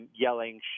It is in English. yelling